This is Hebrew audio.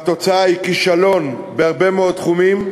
והתוצאה היא כישלון בהרבה מאוד תחומים,